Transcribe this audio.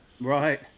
Right